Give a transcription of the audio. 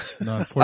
No